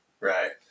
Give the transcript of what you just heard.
right